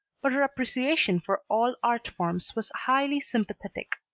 but her appreciation for all art forms was highly sympathetic.